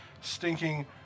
stinking